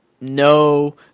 no